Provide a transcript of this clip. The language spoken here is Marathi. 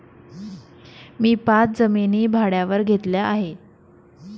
मी पाच जमिनी भाड्यावर घेतल्या आहे